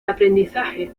aprendizaje